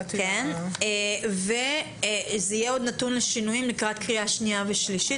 זה יהיה עוד נתון לשינויים לקראת קריאה שנייה ושלישית,